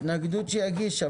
שיגיש התנגדות.